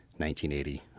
1980